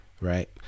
right